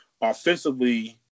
offensively